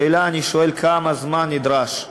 השאלה, אני שואל: כמה זמן נדרש?